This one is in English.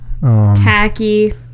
Tacky